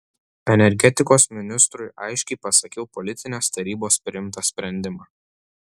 energetikos ministrui aiškiai pasakiau politinės tarybos priimtą sprendimą